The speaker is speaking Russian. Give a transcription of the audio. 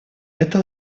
это